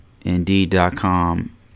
Indeed.com